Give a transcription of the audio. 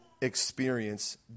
experience